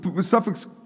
suffix